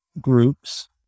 groups